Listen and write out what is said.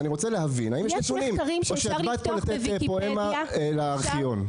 או שבאת לפה לתת פואמה לארכיון.